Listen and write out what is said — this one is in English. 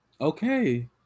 Okay